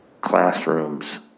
classrooms